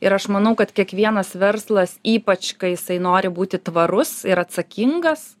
ir aš manau kad kiekvienas verslas ypač kai jisai nori būti tvarus ir atsakingas